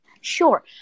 Sure